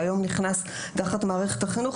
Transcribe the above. שהיום נכנס תחת מערכת החינוך,